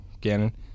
Gannon